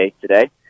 today